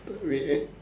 wait